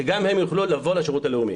שגם הם יוכלו לבוא לשירות הלאומי.